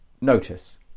notice